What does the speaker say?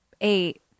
eight